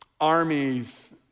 armies